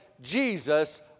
Jesus